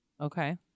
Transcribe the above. Okay